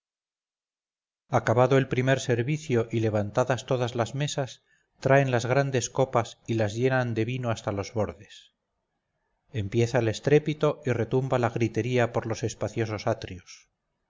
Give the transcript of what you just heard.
acabado el primer servicio y levantadas todas las mesas traen las grandes copas y las llenan de vino hasta los bordes empieza el estrépito y retumba la gritería por los espaciosos atrios